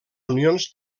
unions